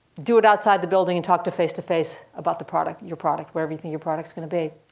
do it outside the building, and talk to face to face about the product, your product, wherever you think your product's going to be.